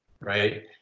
right